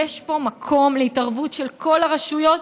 יש פה מקום להתערבות של כל הרשויות,